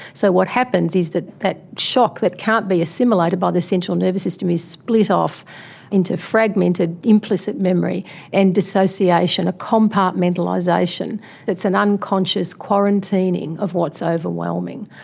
so what happens is that that shock that can't be assimilated by the central nervous system is split off into fragmented implicit memory and dissociation, a compartmentalisation that's an unconscious quarantining of what's overwhelming.